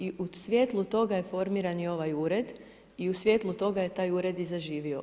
I u svjetlu toga je formiran i ovaj Ured i u svjetlu toga je taj Ured zaživio.